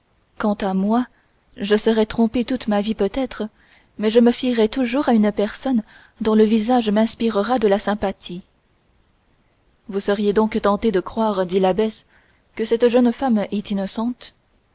quant à moi je serai trompée toute ma vie peut-être mais je me fierai toujours à une personne dont le visage m'inspirera de la sympathie vous seriez donc tentée de croire dit l'abbesse que cette jeune femme est innocente